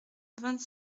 vingt